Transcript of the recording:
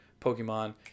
pokemon